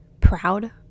proud